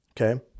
Okay